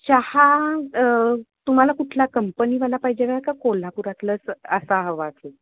चहा तुम्हाला कुठला कंपनीवाला पाहिजे का कोल्हापुरातलंच असा हवा